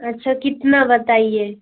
अच्छा कितना बताइए